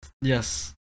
Yes